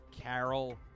Carol